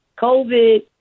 COVID